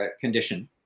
condition